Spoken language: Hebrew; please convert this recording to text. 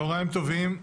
צוהריים טובים.